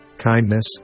kindness